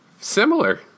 similar